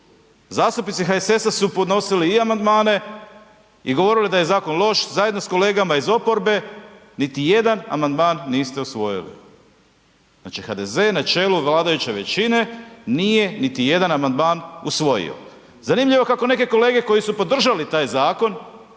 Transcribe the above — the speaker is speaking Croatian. Zastupnici HSS-a su podnosili i amandmane i govorili da je zakon loš zajedno s kolegama iz oporbe, niti jedan amandman niste usvojili. Znači HDZ je na čelu vladajuće većine, nije niti jedan amandman usvojio. Zanimljivo kako neke kolege koje su podržali taj zakon